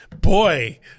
boy